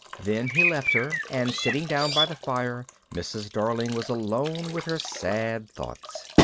then he left her, and sitting down by the fire, mrs. darling was alone with her sad thoughts.